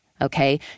okay